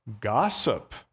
gossip